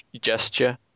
gesture